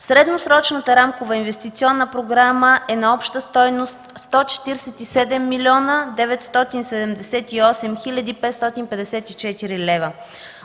Средносрочната рамкова инвестиционна програма е на обща стойност 147 млн. 978 хил. 554 лв.